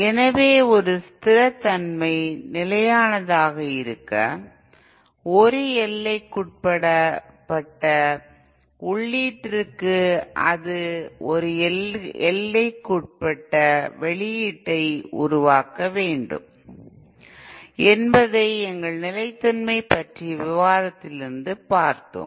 எனவே ஒரு ஸ்திரத்தன்மை நிலையானதாக இருக்க ஒரு எல்லைக்குட்பட்ட உள்ளீட்டிற்கு அது ஒரு எல்லைக்குட்பட்ட வெளியீட்டை உருவாக்க வேண்டும் என்பதை எங்கள் நிலைத்தன்மை பற்றிய விவாதத்திலிருந்து பார்த்தோம்